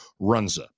Runza